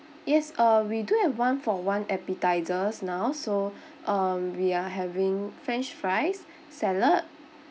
yes uh we do have one-for-one appetisers now so um we're having french fries salad